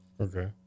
Okay